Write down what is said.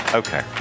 okay